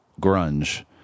grunge